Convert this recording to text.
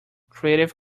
creative